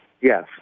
yes